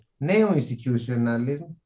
neo-institutionalism